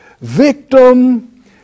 victim